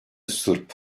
sırp